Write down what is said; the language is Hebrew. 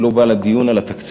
שלא בא לדיון על התקציב,